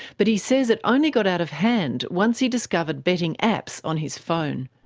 but he says it only got out of hand once he discovered betting apps on his phone.